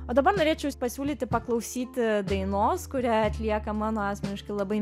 o dabar norėčiau pasiūlyti paklausyti dainos kurią atlieka mano asmeniškai labai